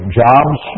jobs